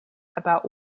about